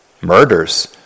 murders